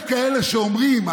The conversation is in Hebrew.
יש כאלה שאומרים,